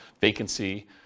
vacancy